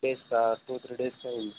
డేసా two three days అయింది